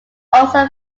also